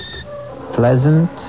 pleasant